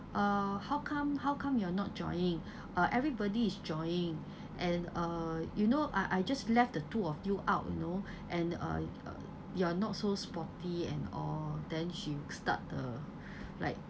uh how come how come you're not joining uh everybody is joining and uh you know I I just left the two of you out you know and uh you're not so sporty and all then she start uh like